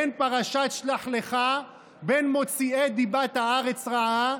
בין פרשת שלח לך, בין מוציאי דיבת הארץ רעה,